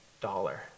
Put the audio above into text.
dollar